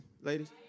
ladies